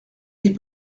des